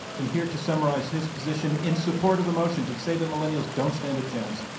and here to summarize his position in support of the motion, to say that millennials don't stand a chance,